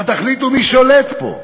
אבל תחליטו מי שולט פה,